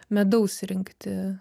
medaus rinkti